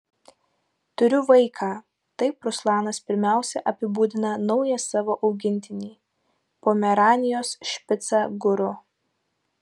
turiu vaiką taip ruslanas pirmiausia apibūdina naują savo augintinį pomeranijos špicą guru